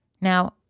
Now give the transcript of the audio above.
Now